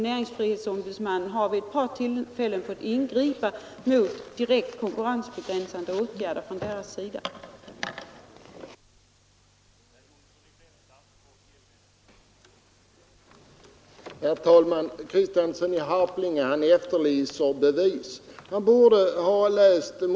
Näringsfrihetsombudsmannen har vid ett par tillfällen måst ingripa mot direkt konkurrensbegränsande åtgärder från slakteriorganisationernas sida.